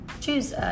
choose